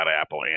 apple